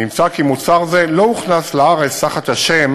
נמצא כי מוצר זה לא הוכנס לארץ תחת השם